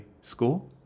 school